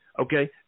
okay